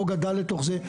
הוא לא גדל לתוך זה.